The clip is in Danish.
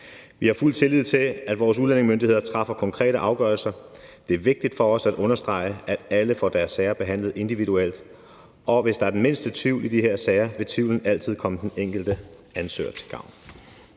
Vi har fuld tillid til, at vores udlændingemyndigheder træffer konkrete afgørelser. Det er vigtigt for os at understrege, at alle får deres sager behandlet individuelt, og hvis der er den mindste tvivl i de her sager, vil tvivlen altid komme den enkelte ansøger til gode.